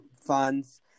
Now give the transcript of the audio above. funds